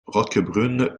roquebrune